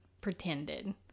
pretended